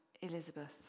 Elizabeth